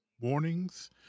warnings